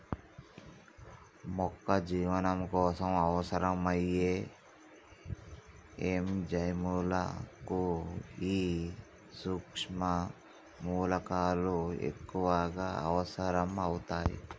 మొక్క జీవనం కోసం అవసరం అయ్యే ఎంజైముల కు ఈ సుక్ష్మ మూలకాలు ఎక్కువగా అవసరం అవుతాయి